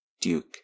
Duke